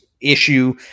issue